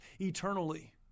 eternally